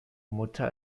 mutter